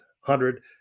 hundred